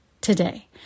today